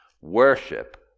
Worship